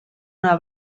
una